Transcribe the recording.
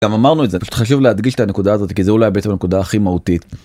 גם אמרנו את זה, פשוט חשוב להדגיש את הנקודה הזאת, כי זה אולי בעצם הנקודה הכי מהותית.